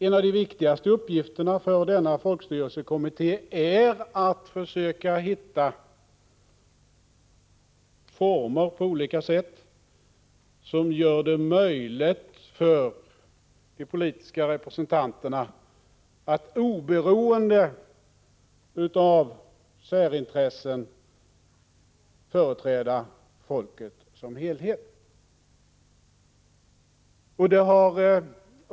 En av de viktigaste uppgifterna för denna kommitté är att försöka hitta olika former för att göra det möjligt för de politiska representanterna att oberoende av särintressen företräda folket som helhet.